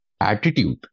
attitude